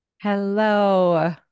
Hello